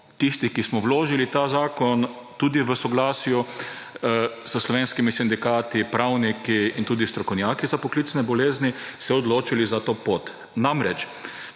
tisti, ki smo vložili ta zakon, tudi v soglasju s slovenskimi sindikati, pravniki in tudi strokovnjaki za poklicne bolezni, odločili za to pot. Namreč,